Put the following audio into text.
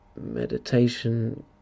meditation